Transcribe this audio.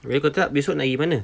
habis kalau tak besok nak pergi mana